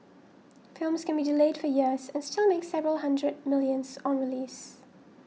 films can be delayed for years and still make several hundred millions on release